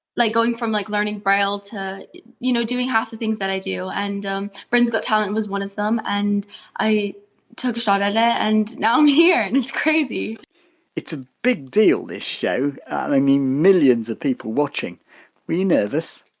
like going from like learning braille to you know doing half the things that i do and um britain's got talent was one of them and i took a shot at it and now i'm here and it's crazy it's a big deal this show, i mean millions of people watching were you nervous?